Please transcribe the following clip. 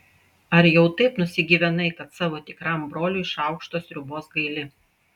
ar jau taip nusigyvenai kad savo tikram broliui šaukšto sriubos gaili